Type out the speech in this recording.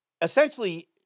essentially